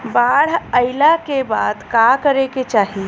बाढ़ आइला के बाद का करे के चाही?